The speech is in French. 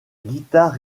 guitare